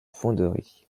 fonderie